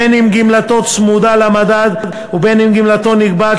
בין שגמלתו צמודה למדד ובין שגמלתו נקבעת